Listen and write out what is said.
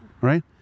right